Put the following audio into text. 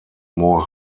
more